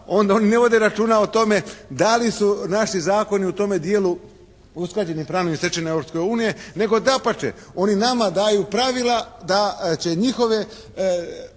onda oni ne vode računa o tome da li su naši zakoni u tome dijelu usklađeni s pravnim stečevinama Europske unije, nego dapače oni nama daju pravila da će njihove